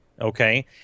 okay